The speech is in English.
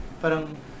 Parang